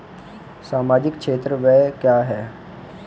सामाजिक क्षेत्र व्यय क्या है?